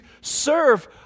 serve